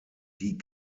die